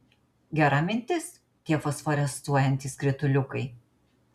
gera mintis tie fosforescuojantys skrituliukai